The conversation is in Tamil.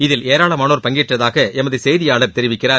இதில் ஏராளமானோர் பங்கேற்றதாகஎமதுசெய்தியாளர் தெரிவிக்கிறார்